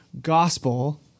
gospel